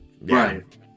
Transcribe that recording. Right